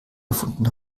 gefunden